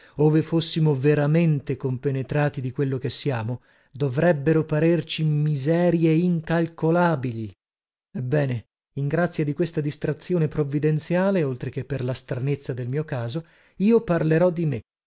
ove fossimo veramente compenetrati di quello che siamo dovrebbero parerci miserie incalcolabili ebbene in grazia di questa distrazione provvidenziale oltre che per la stranezza del mio caso io parlerò di me